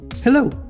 Hello